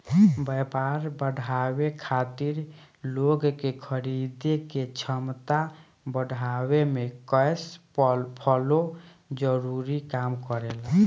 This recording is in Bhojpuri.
व्यापार बढ़ावे खातिर लोग के खरीदे के क्षमता बढ़ावे में कैश फ्लो जरूरी काम करेला